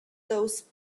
those